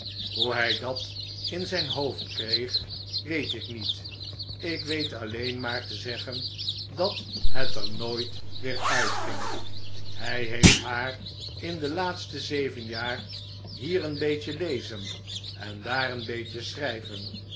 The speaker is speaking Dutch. hoe hij dat in zijn hoofd kreeg weet ik niet ik weet alleen maar te zeggen dat het er nooit weer uitging hij heeft haar in de laatste zeven jaren hier een beetje lezen en daar een beetje schrijven